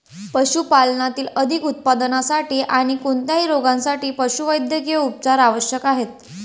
पशुपालनातील अधिक उत्पादनासाठी आणी कोणत्याही रोगांसाठी पशुवैद्यकीय उपचार आवश्यक आहेत